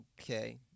okay